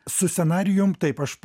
su scenarijum taip aš